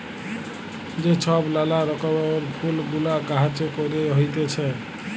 যে ছব লালা রকমের ফুল গুলা গাহাছে ক্যইরে হ্যইতেছে